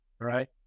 right